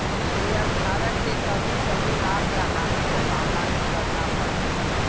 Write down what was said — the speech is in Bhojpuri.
शेयरधारक के कभी कभी लाभ या हानि क सामना करना पड़ला